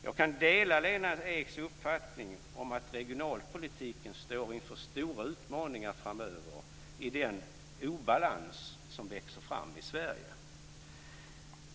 Jag kan dela Lena Eks uppfattning om att regionalpolitiken står inför stora utmaningar framöver när det gäller den obalans som växer fram i Sverige.